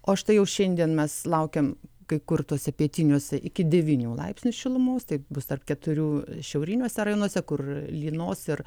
o štai jau šiandien mes laukiam kai kur tuose pietiniuose iki devynių laipsnių šilumos tai bus tarp keturių šiauriniuose rajonuose kur lynos ir